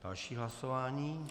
Další hlasování.